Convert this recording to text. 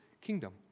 kingdom